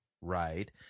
right